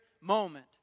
moment